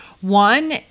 One